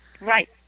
Right